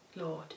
Lord